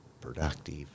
productive